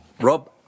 Rob